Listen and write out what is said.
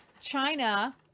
China